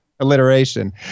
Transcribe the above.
alliteration